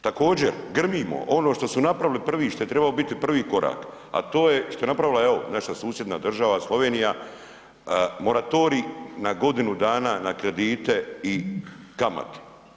Također, grmimo ono što su napravili prvi, što je trebao biti prvi korak, a to je, što je napravila evo, naša susjedna država, Slovenija, moratorij na godinu dana na kredite i kamate.